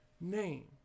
name